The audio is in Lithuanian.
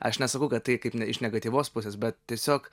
aš nesakau kad tai kaip iš negatyvios pusės bet tiesiog